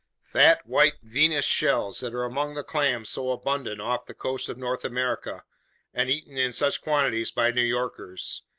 fat white venus shells that are among the clams so abundant off the coasts of north america and eaten in such quantities by new yorkers,